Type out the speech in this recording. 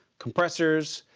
compressors,